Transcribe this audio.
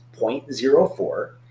0.04